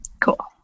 Cool